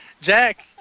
Jack